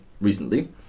recently